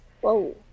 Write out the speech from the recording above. whoa